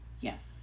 Yes